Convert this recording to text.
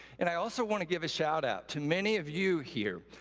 and i also want to give a shout-out to many of you here,